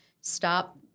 Stop